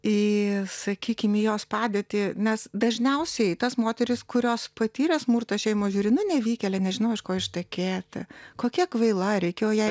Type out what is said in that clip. į sakykim į jos padėtį nes dažniausiai tas moteris kurios patyrė smurtą šeimoj žiūri na nevykėlė nežinojo už ko ištekėti kokia kvaila reikėjo jai